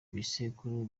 bisekuru